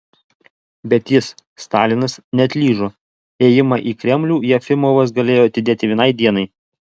bet jis stalinas neatlyžo ėjimą į kremlių jefimovas galėjo atidėti vienai dienai